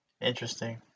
Interesting